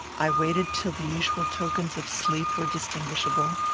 i waited till the usual tokens of sleep were distinguishable.